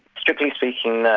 strictly speaking, no.